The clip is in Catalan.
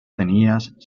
tenies